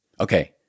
Okay